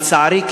לצערי,